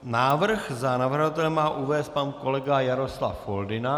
Návrh za navrhovatele má uvést pan kolega Jaroslav Foldyna.